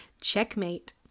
Checkmate